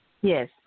Yes